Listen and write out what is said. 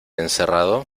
encerrado